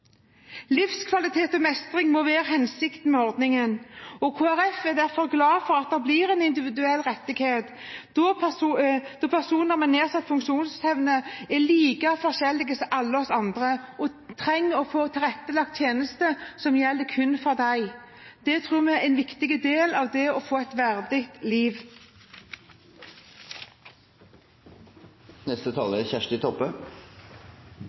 Livskvalitet og mestring må være hensikten med ordningen. Kristelig Folkeparti er derfor glad for at det blir en individuell rettighet, da personer med nedsatt funksjonsevne er like forskjellige som alle oss andre, og trenger å få tilrettelagt tjeneste som gjelder kun for dem. Det tror vi er en viktig del av det å få et verdig liv.